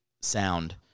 sound